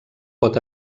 pot